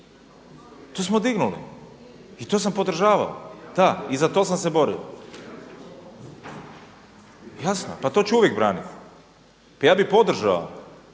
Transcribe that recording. To smo dignuli i to sam podržavao. Da i za to sam se borio. Jasno, pa to ću uvijek braniti. Pa ja bih podržao